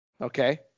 Okay